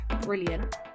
brilliant